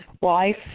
wife